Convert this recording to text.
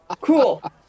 Cool